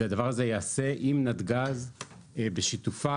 הדבר הזה ייעשה עם נתג"ז, בשיתופה.